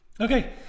Okay